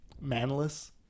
manless